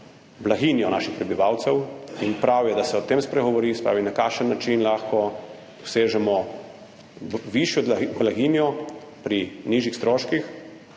blaginjo naših prebivalcev in prav je, da se o tem spregovori, se pravi, na kakšen način lahko dosežemo višjo blaginjo pri nižjih stroških.